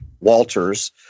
Walters